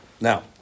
Now